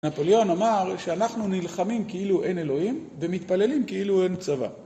נפוליון אמר שאנחנו נלחמים כאילו אין אלוהים, ומתפללים כאילו אין צבא.